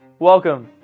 Welcome